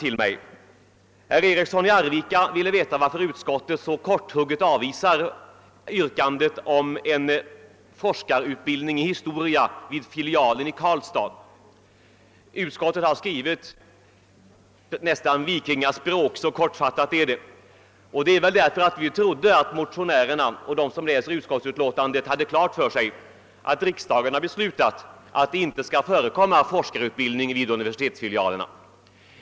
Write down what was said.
Herr Eriksson i Arvika ville veta varför utskottet så korthugget avvisar yrkandet om en forskarutbildning i historia vid filialen i Karlstad. Utskottet har skrivit nästan vikingaspråk, så kortfattat är det. Det beror väl på att vi trodde att motionärerna och de som läser utskottsutlåtandet hade klart för sig att riksdagen har beslutat att det inte skall förekomma forskarutbildning vid universitetsfilialerna.